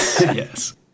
yes